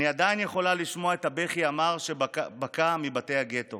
אני עדיין יכולה לשמוע את הבכי המר שבקע מבתי הגטו